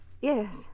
Yes